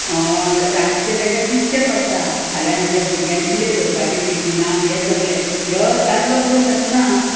रातचें तेंकां चिंतचें पडटा फाल्यां म्हज्या भुरग्यांक कितें करपाचें टिफिनांग हें सगलें ह्यो दादलो करूंक शकनां